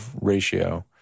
ratio